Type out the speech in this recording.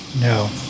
No